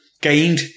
gained